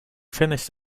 finished